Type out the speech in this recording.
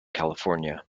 california